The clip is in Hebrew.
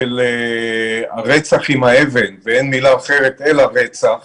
של הרצח עם הסלע שנזרק ואין מילה אחרת אלא רצח